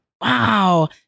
Wow